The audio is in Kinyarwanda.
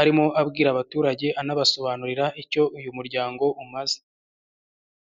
arimo abwira abaturage anabasobanurira icyo uyu muryango umaze.